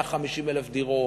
150,000 דירות,